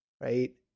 right